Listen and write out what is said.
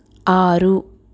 ఆరు